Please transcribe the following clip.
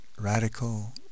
radical